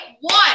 one